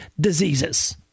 diseases